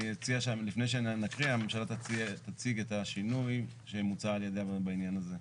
אני אציע שלפני שנקריא הממשלה תציג את השינוי שמוצע על ידם בעניין הזה.